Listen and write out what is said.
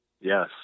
Yes